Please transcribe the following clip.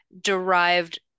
derived